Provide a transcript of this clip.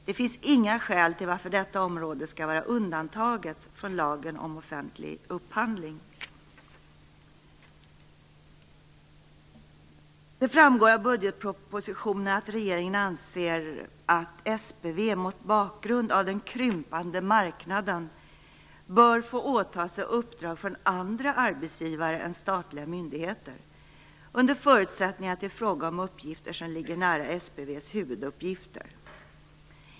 Det finns inga skäl till att detta område skall vara undantaget från lagen om offentlig upphandling. Det framgår av budgetpropositionen att regeringen anser att SPV mot bakgrund av den krympande marknaden bör få åta sig uppdrag från andra arbetsgivare än statliga myndigheter, under förutsättning att det är fråga om uppgifter som ligger nära SPV:s huvuduppgifter.